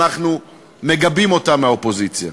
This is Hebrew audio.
אנחנו מגבים אותם מהאופוזיציה.